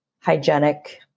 hygienic